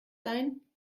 sein